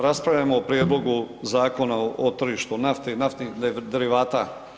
Raspravljamo o prijedlogu Zakona o tržištu nafte i naftnih derivata.